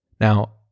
Now